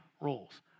roles